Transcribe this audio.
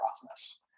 process